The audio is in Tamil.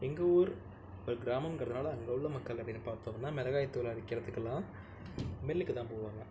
எங்க ஊர் கிராமங்கறதனால் அங்கவுள்ள மக்கள் அப்படினு பார்த்தோம்னா மிளகாய்த்தூள் அரைக்கிறதுக்குலாம் மில்லுக்குத்தான் போவாங்க